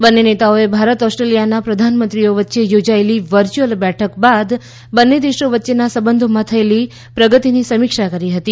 બંને નેતાઓએ ભારત ઓસ્ટ્રેલિયાના પ્રધાનમંત્રીઓ વચ્ચે યોજાયેલી વર્ચ્યુઅલ બેઠક બાદ બંને દેશો વચ્ચેના સંબંધોમાં થયેલી પ્રગતિની સમીક્ષા કરી હતી